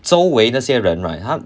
周围那些人 right 他